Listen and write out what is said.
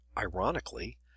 ironically